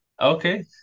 Okay